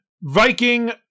Viking